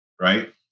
right